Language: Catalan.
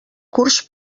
curs